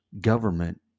government